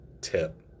tip